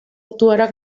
actuarà